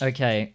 Okay